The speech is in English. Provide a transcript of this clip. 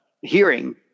hearing